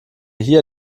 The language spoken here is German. hier